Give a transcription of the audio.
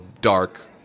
dark